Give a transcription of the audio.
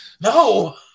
no